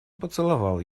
поцеловал